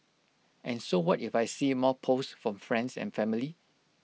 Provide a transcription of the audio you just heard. and so what if I see more posts from friends and family